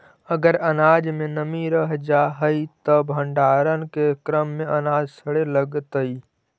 अगर अनाज में नमी रह जा हई त भण्डारण के क्रम में अनाज सड़े लगतइ